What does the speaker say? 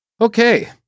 Okay